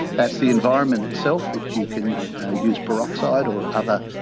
that's the environment itself which you can use peroxide or other